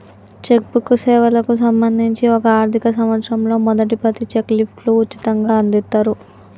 check book సేవలకు సంబంధించి ఒక ఆర్థిక సంవత్సరంలో మొదటి పది చెక్ లీఫ్లు ఉచితంగ అందిత్తరు